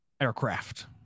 aircraft